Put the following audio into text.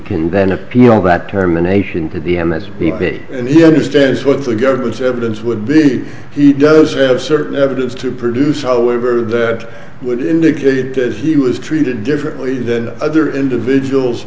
can then appeal that terminations to the m s b he understands what the government's evidence would be if he does have certain evidence to produce all waiver that would indicate that he was treated differently than other individuals